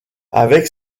avec